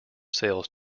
sales